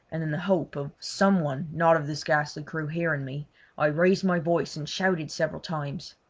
and in the hope of some one not of this ghastly crew hearing me i raised my voice and shouted several times.